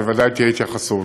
בוודאי תהיה התייחסות.